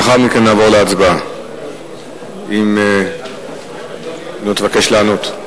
לאחר מכן נעבור להצבעה, אם לא תבקש לענות.